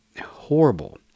horrible